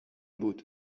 بود